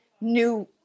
new